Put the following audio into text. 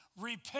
Repent